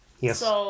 Yes